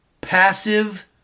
Passive